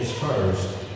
first